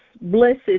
Blessed